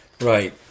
Right